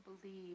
believe